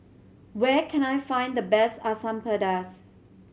where can I find the best Asam Pedas